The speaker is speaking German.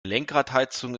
lenkradheizung